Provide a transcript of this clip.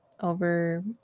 over